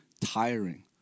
tiring